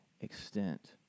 extent